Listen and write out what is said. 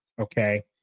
okay